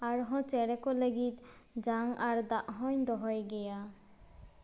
ᱟᱨᱦᱚᱸ ᱪᱮᱬᱮ ᱠᱚ ᱞᱟᱹᱜᱤᱫ ᱡᱟᱝ ᱟᱨ ᱫᱟᱜ ᱦᱚᱧ ᱫᱚᱦᱚᱭ ᱜᱮᱭᱟ